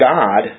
God